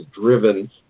driven